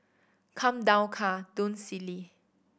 come down car don't silly